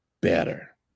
better